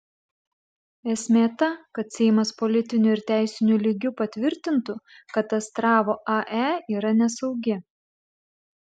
esmė ta kad seimas politiniu ir teisiniu lygiu patvirtintų kad astravo ae yra nesaugi